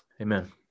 Amen